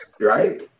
right